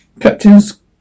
Captain's